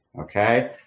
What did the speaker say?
okay